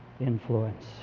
influence